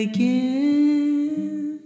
Again